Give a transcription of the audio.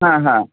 हा हा